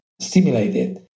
stimulated